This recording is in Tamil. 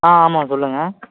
ஆமாம் சொல்லுங்கள்